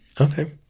Okay